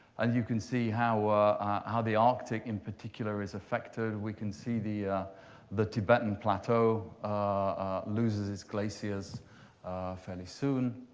and you can see how ah how the arctic, in particular, is affected. we can see the ah the tibetan plateau ah loses its glaciers fairly soon.